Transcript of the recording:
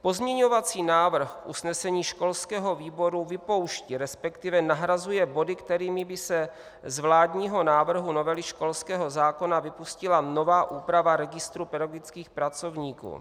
Pozměňovací návrh k usnesení školského výboru vypouští, resp. nahrazuje body, kterými by se z vládního návrhu novely školského zákona vypustila nová úprava registru pedagogických pracovníků.